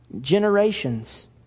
generations